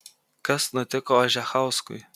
kas nutiko ožechauskui